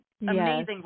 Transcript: amazing